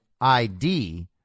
ID